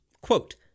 quote